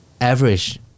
average